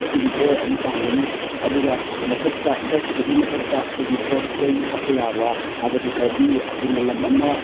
ꯑꯩꯈꯣꯏꯒꯤ ꯗꯣꯔ ꯑꯅꯤ ꯄꯥꯟꯒꯅꯤ ꯑꯗꯨꯒ ꯃꯊꯛꯇ ꯕꯁꯇꯨꯒꯤ ꯃꯊꯛꯇ ꯑꯩꯈꯣꯏꯒꯤ ꯄꯣꯠ ꯆꯩ ꯍꯥꯞꯄ ꯌꯥꯕ ꯍꯥꯏꯕꯗꯤ ꯍꯦꯕꯤ ꯑꯩꯈꯣꯏꯅ ꯂꯝ ꯑꯃ